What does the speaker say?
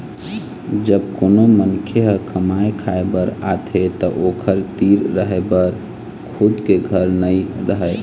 जब कोनो मनखे ह कमाए खाए बर आथे त ओखर तीर रहें बर खुद के घर नइ रहय